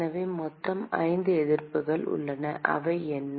எனவே மொத்தம் 5 எதிர்ப்புகள் உள்ளன அவை என்ன